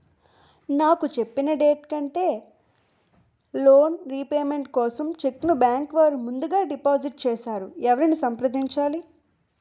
నాకు చెప్పిన డేట్ కంటే లోన్ రీపేమెంట్ కోసం చెక్ ను బ్యాంకు వారు ముందుగా డిపాజిట్ చేసారు ఎవరిని సంప్రదించాలి?